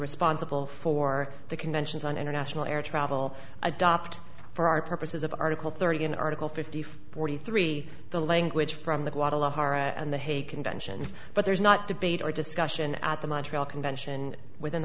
responsible for the conventions on international air travel adopt for our purposes of article thirty an article fifty forty three the language from the guadalajara and the hague conventions but there's not debate or discussion at the montreal convention within the